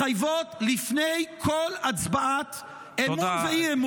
מחייבות לפני כל הצבעת אמון ואי-אמון -- תודה,